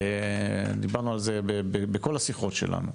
דיברנו על זה בכל השיחות שלנו,